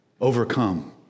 Overcome